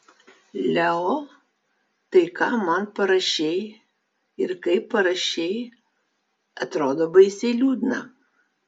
leo tai ką man parašei ir kaip parašei atrodo baisiai liūdna